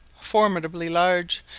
formidably large,